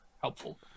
helpful